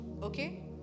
Okay